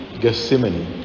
Gethsemane